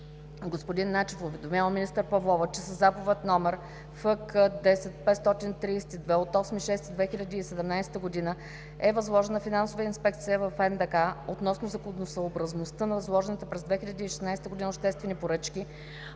господин Начев уведомява министър Павлова, че със Заповед № ФК 10 532 от 8 юни 2017 г., е възложена финансова инспекция в НДК относно законосъобразността на възложените през 2016 г., обществени поръчки,